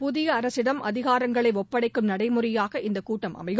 புதிய அரசிடம் அதிகாரங்களை ஒப்படைக்கும் நடைமுறையாக இந்த கூட்டம் அமையும்